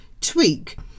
Tweak